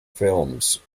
films